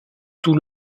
tout